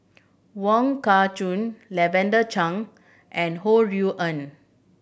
Wong Kah Chun Lavender Chang and Ho Rui An